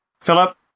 Philip